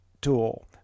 tool